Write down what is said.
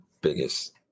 biggest